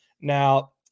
now